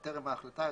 בטרם ההחלטה,